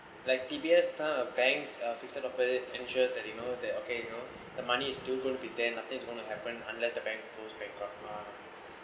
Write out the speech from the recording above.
like D_B_S kind of bank uh instead of credit ensures that you know that okay you know the money is still going to be there nothing's going to happen unless the bank goes bankrupt lah